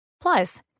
Plus